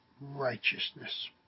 righteousness